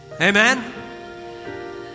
Amen